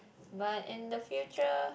but in the future